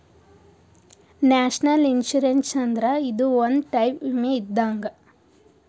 national insurance ಅಂದ್ರ ಇದು ಒಂದ್ ಟೈಪ್ ವಿಮೆ ಇದ್ದಂಗ್